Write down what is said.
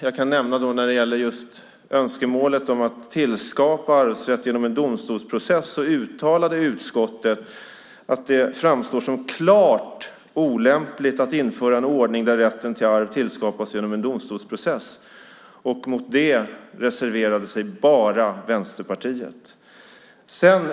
Jag kan nämna att när det gäller just önskemålet om att tillskapa arvsrätt genom en domstolsprocess uttalade utskottet att det framstår som klart olämpligt att införa en ordning där rätten till arv tillskapas genom en domstolsprocess. Mot detta reserverade sig bara Vänsterpartiet.